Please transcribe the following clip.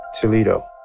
Toledo